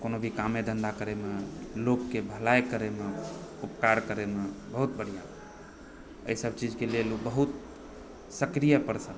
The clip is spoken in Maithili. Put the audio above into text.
कोनो भी कामे धन्धा करैमे लोगकेँ भलाइ करैमे उपकार करैमे बहुत बढ़िआँ एहि सब चीजके लेल ओ बहुत सक्रीय पर्सन छथि